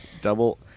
double